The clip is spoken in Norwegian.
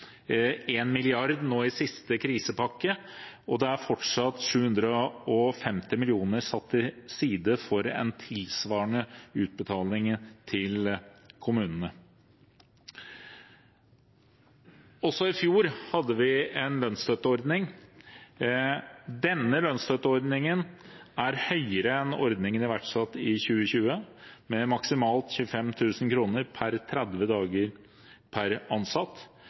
nå i siste krisepakke, og det er fortsatt 750 mill. kr satt til side for en tilsvarende utbetaling til kommunene. Også i fjor hadde vi en lønnsstøtteordning. Denne lønnsstøtteordningen er høyere enn ordningen iverksatt i 2020, med maksimalt 25 000 kr per 30 dager per ansatt,